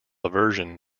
aversion